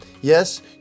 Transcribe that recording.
Yes